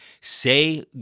say